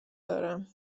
دارم